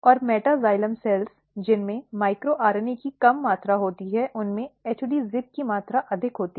और meta xylem कोशिकाएं जिनमें माइक्रो आरएनए की कम मात्रा होती है उनमें HD ZIP की मात्रा अधिक होती है